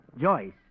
Joyce